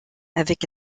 avec